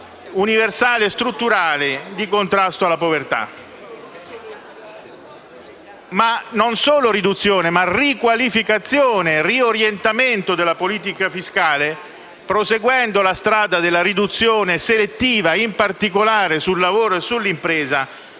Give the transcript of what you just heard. universali e strutturali di contrasto alla povertà. Non si tratta solo di riduzione, ma anche di riqualificazione e riorientamento della politica fiscale, proseguendo la strada della riduzione selettiva, in particolare sul lavoro e sull'impresa,